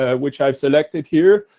ah which i've selected, here.